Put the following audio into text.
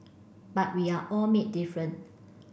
but we are all made different